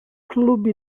club